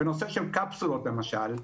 בנושא של קפסולות, למשל,